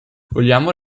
vogliamo